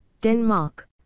Denmark